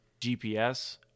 GPS